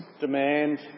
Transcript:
demand